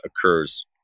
occurs